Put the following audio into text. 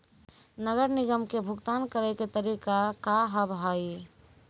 नगर निगम के भुगतान करे के तरीका का हाव हाई?